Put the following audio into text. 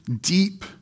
deep